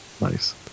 Nice